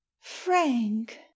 Frank